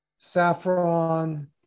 saffron